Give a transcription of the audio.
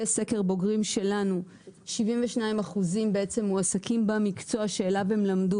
סקר בוגרים שלנו 72% מועסקים במקצוע שאליו הם למדו